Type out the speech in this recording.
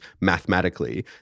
mathematically